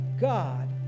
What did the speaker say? God